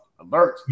alert